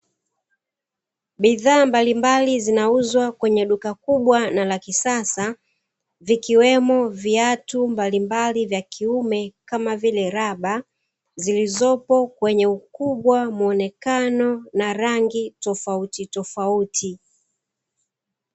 Bidhaa mbalimbali zinauzwa kwenye duka kubwa na la kisasa, vikiwemo viatu mbalimbali vya kiume kama vile, raba zilizopo kwenye ukubwa, muonekano na rangi tofautitofauti.